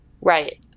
Right